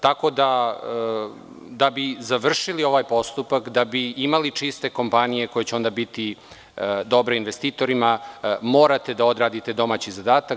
Da bi završili ovaj postupak, da bi imali čiste kompanije, koje će onda biti dobre investitorima, morate da odradite domaći zadatak.